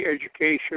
education